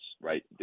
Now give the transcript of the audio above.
right